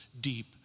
deep